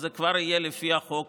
זה כבר יהיה לפי חוק